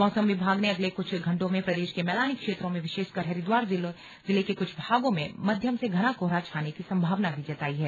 मौसम विभाग ने अगले कुछ घंटों में प्रदेश के मैदानी क्षेत्रों विशेषकर हरिद्वार जिलों के कुछ भागों में मध्यम से घना कोहरा छाने की संभावना भी जताई है